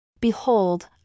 Behold